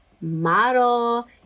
model